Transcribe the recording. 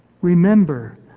remember